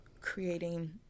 creating